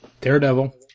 Daredevil